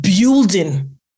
building